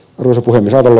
arvoisa puhemies